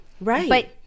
Right